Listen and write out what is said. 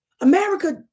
America